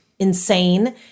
insane